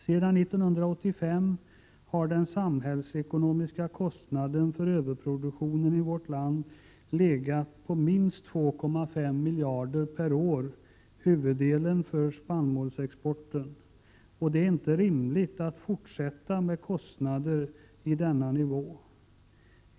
Sedan 1985 har den samhällsekonomiska kostnaden för överproduktion i vårt land legat på minst 2,5 miljarder per år — huvuddelen för spannmålsexporten — och det är inte rimligt med fortsatta kostnader på den nivån.